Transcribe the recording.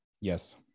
Yes